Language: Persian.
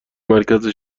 مرکز